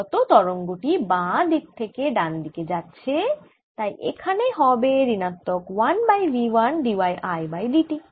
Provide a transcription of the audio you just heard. আগত তরঙ্গ টি বাঁ দিক থেকে ডান দিকে আসছে তাই এখানে হবে ঋণাত্মক 1 by v 1 d y I by d t